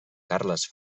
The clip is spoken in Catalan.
carles